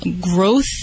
growth